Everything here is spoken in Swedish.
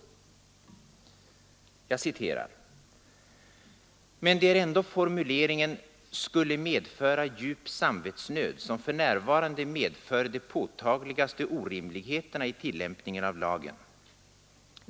Jag citerar: ”Men det är ändå formuleringen ”skulle medföra djup samvetsnöd” som f. n. medför de påtagligaste orimligheterna i tillämpningen av lagen.